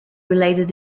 related